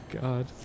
god